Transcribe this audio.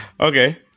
Okay